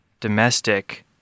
domestic